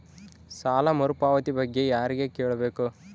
ಸಾಲ ಮರುಪಾವತಿ ಬಗ್ಗೆ ಯಾರಿಗೆ ಕೇಳಬೇಕು?